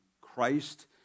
Christ